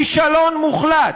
כישלון מוחלט.